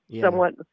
somewhat